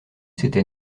s’était